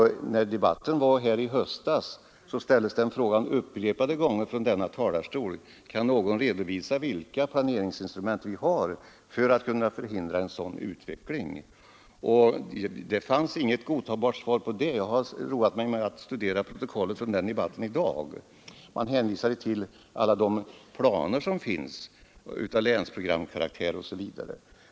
Under debatten i höstas ställdes upprepade gånger från denna talarstol frågan: Kan någon redovisa vilka planeringsinstrument vi har för att kunna förhindra en sådan utveckling? Det fanns inget godtagbart svar. Jag har i dag roat mig med att studera protokollet från den debatten. Man hänvisar till alla de planer som finns av länsprogramkaraktär osv.